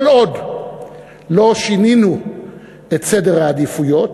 כל עוד לא שינינו את סדר העדיפויות,